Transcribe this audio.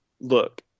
look